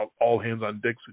all-hands-on-deck